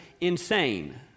insane